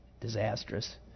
disastrous